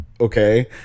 okay